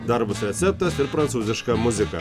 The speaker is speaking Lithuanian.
dar bus receptas ir prancūziška muzika